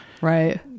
right